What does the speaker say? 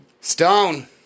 Stone